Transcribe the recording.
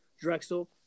Drexel